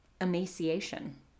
emaciation